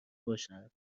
باشند